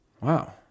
Wow